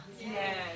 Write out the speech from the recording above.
Yes